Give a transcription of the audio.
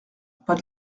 pas